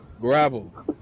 gravel